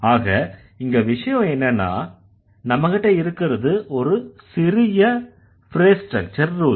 ஆக இங்க விஷயம் என்னன்னா நம்மகிட்ட இருக்கறது ஒரு சிறிய ஃப்ரேஸ் ஸ்ட்ரக்சர் ரூல்ஸ்